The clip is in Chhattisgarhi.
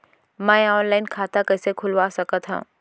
मैं ऑनलाइन खाता कइसे खुलवा सकत हव?